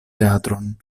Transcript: teatron